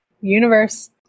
Universe